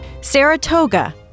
Saratoga